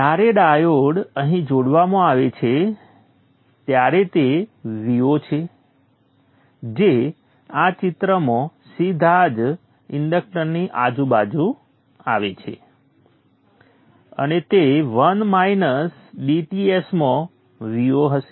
જ્યારે ડાયોડ અહીં જોડવામાં આવે છે ત્યારે તે Vo છે જે આ ચિત્રમાં સીધા જ ઇન્ડક્ટરની આજુબાજુ આવે છે અને તે 1 માઇનસ dTs માં Vo હશે